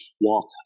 walk